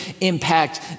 impact